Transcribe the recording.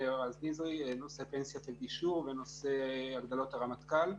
רז נזרי: נושא פנסיית הגישור ונושא הגדלות הרמטכ"ל.